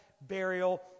burial